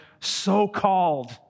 so-called